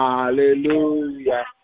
Hallelujah